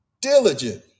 diligent